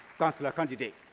councillor candidate.